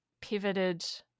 pivoted